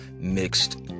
mixed